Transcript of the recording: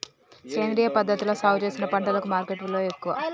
సేంద్రియ పద్ధతిలా సాగు చేసిన పంటలకు మార్కెట్ విలువ ఎక్కువ